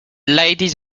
ladies